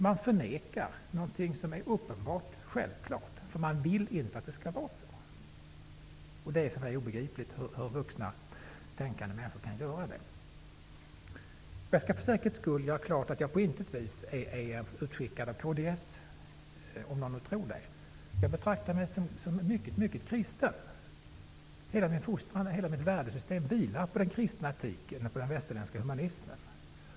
Man förnekar någonting som är uppenbart självklart, därför att man inte vill att det skall vara så. För mig är det obegripligt hur vuxna, tänkande människor kan göra det. Jag skall för säkerhets skull förklara att jag på intet vis är utskickad av kds, om någon nu tror det. Jag betraktar mig som mycket kristen. Hela min fostran och hela mitt värdesystem vilar på den kristna etiken och på den västerländska humanismen.